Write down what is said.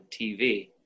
TV